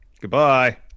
Goodbye